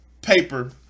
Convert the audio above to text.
Paper